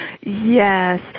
Yes